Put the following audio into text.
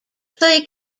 play